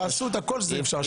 תעשו את הכול שזה יהיה אפשר.